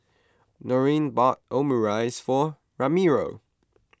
Norine bought Omurice for Ramiro